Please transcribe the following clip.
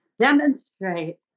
demonstrate